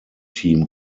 team